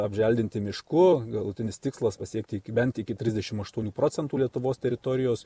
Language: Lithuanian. apželdinti mišku galutinis tikslas pasiekti bent iki trisdešim aštuonių procentų lietuvos teritorijos